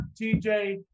TJ